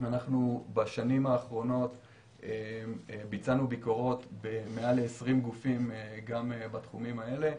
בשנים האחרונות ביצענו ביקורות במעל 20 גופים גם בתחומים האלה.